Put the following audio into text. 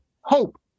hope